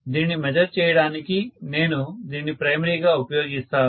దీనిని మెజర్ చేయడానికి నేను దీనిని ప్రైమరీగా ఉపయోగిస్తాను